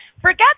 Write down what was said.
forget